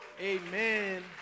Amen